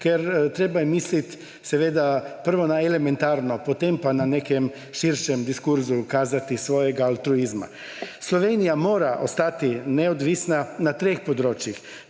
Ker treba je misliti seveda prvo na elementarno, potem pa na nekem širšem diskurzu kazati svoj altruizem. Slovenija mora ostati neodvisna na treh področjih;